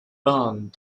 bond